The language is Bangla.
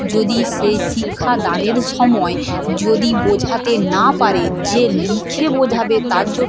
যদি সে শিক্ষাদানের সময় যদি বোঝাতে না পারে যে লিখে বোঝাবে তার জোট